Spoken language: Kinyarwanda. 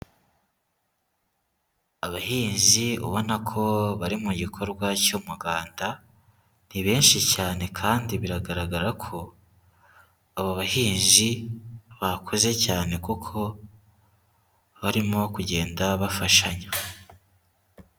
Abahinzi ubona ko bari mu gikorwa cy'umuganda, ni benshi cyane kandi biragaragara ko aba bahinzi bakoze cyane kuko barimo kugenda bafashanya.